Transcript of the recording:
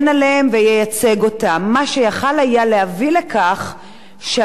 מה שיכול היה להביא לכך שהזכויות שלהם היו נרמסות,